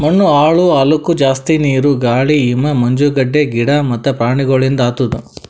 ಮಣ್ಣ ಹಾಳ್ ಆಲುಕ್ ಜಾಸ್ತಿ ನೀರು, ಗಾಳಿ, ಹಿಮ, ಮಂಜುಗಡ್ಡೆ, ಗಿಡ ಮತ್ತ ಪ್ರಾಣಿಗೊಳಿಂದ್ ಆತುದ್